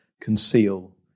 conceal